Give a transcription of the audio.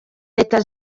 leta